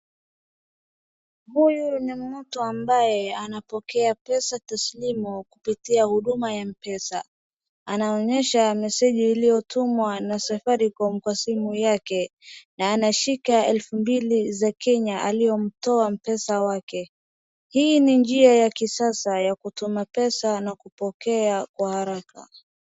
Huyu ni mtu ambaye anapokea pesa taslimu kupitia huduma ya Mpesa, anaonyesha message iliyotumwa na safaricom kwa simu yake na anashika elfu mbili za Kenya aliomtoa Mpesa wake, hii ni njia ya kisasa ya kutuma pesa na kupokea kwa haraka.